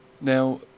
Now